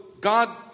God